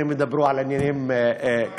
והם ידברו על עניינים כספיים.